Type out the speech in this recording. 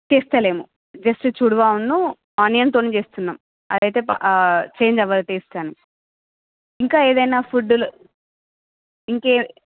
చేస్తలేము just చుడువాయ్ ను ఆనియన్తోనే చేస్తున్నాము అదయితే చేంజ్ అవ్వదు టెస్ట్ అని ఇంకా ఏదైనా ఫుడ్డులో ఇంకే